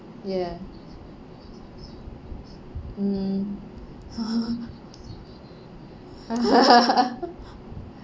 ya mm